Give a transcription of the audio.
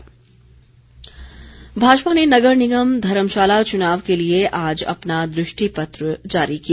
दृष्टि पत्र भाजपा ने नगर निगम धर्मशाला चुनाव के लिए आज अपना दृष्टि पत्र जारी किया